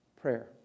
prayer